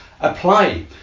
apply